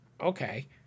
okay